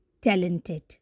talented